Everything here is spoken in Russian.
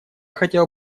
хотел